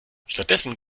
stattdessen